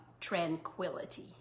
tranquility